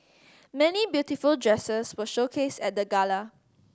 many beautiful dresses were showcased at the gala